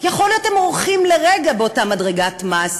יכול להיות שהם אורחים לרגע באותה מדרגת מס.